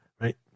right